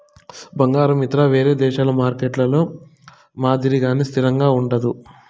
బంగారం ఇతర వేరే దేశాల మార్కెట్లలో మాదిరిగానే స్థిరంగా ఉండదు